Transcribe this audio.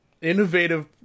innovative